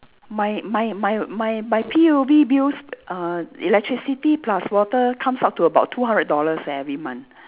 my my my my my P_U_B bills err electricity plus water comes up to about two hundred dollars every month